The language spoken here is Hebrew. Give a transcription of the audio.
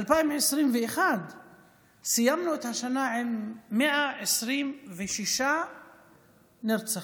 ב-2021 סיימנו את השנה עם 126 נרצחים.